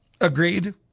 Agreed